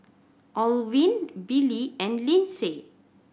Olivine Billie and Lindsay